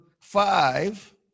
five